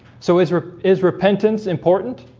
so israel is repentance important